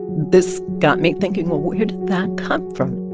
this got me thinking well, where did that come from?